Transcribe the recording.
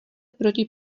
proti